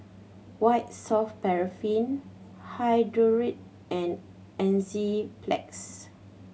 White Soft Paraffin hi and Enzyplex